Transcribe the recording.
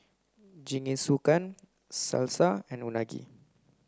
Jingisukan Salsa and Unagi